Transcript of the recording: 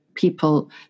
people